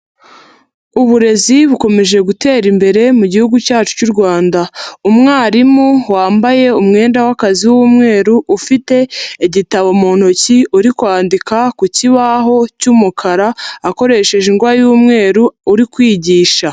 Uburezi bukomeje gutera imbere mu gihugu cyacu cy'u Rwanda. Umwarimu wambaye umwenda w'akazi w'umweru ufite igitabo mu ntoki uri kwandika ku kibaho cy'umukara, akoresheje ingwa y'umweru, uri kwigisha.